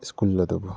school ꯑꯗꯨꯕꯨ